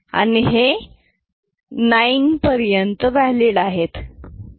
हे 9 पर्यंत वॅलिड आहेत